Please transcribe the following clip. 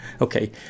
Okay